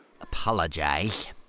apologize